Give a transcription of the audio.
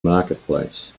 marketplace